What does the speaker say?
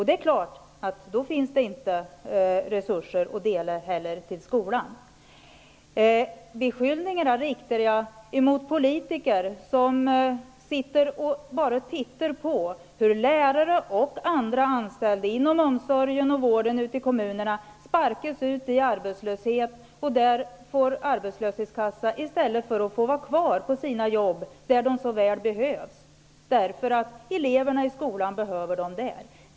Det är klart att det då inte heller finns några resurser att fördela till skolan. Beskyllningarna riktar jag mot politiker som bara sitter och ser på när lärare och andra anställda inom omsorgen och vården i kommunerna sparkas ut i arbetslöshet. De får ersättning från arbetslöshetskassan i stället för att vara kvar på sina jobb, där de så väl behövs. Eleverna i skolan behöver dem.